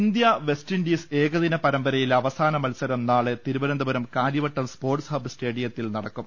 ഇന്തൃ West Indies ഏകദിന പരമ്പരയിലെ അവസാന മത്സരം നാളെ തിരുവനന്തപുരം കാര്യവട്ടം സ്പോർട്സ് ഹബ് സ്റ്റേഡിയത്തിൽ നടക്കും